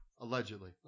Allegedly